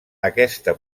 aquesta